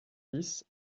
dix